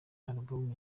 alubumu